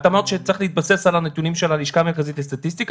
את אמרת שצריך להתבסס על הנתונים של הלשכה המרכזית לסטטיסטיקה,